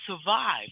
survive